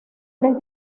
tres